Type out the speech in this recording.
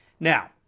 Now